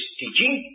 teaching